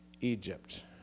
Egypt